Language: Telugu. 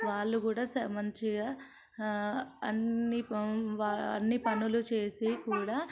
వాళ్లు కూడా మంచిగా అన్ని పనులు వారు అన్ని పనులు చేసి కూడా